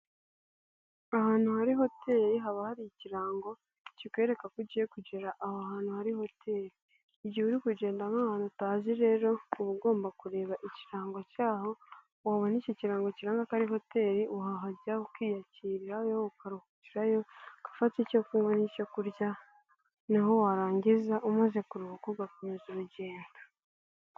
Ahantu hari hoteli, haba hari ikirango kikwereka ko ugiye kugera aho hantu hari hoteli. Igihe uri kugenda nk'ahantu utazi rero uba ugomba kureba ikirango cyaho wabona icyo kirango kiranga ko ari hoteli. Wahajya ukiyakirarirayo, ukaruhukirayo, ugafata icyo kunywa n'icyo kurya. Noneho warangiza umaze kuruhuka ugakomeza urugendo.